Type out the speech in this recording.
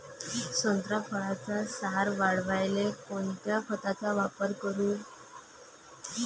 संत्रा फळाचा सार वाढवायले कोन्या खताचा वापर करू?